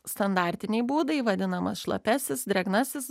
standartiniai būdai vadinamas šlapiasis drėgnasis